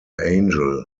angel